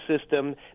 system